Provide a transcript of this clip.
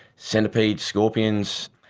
centipedes, scorpions.